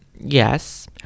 yes